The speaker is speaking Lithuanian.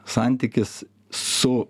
santykis su